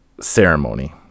ceremony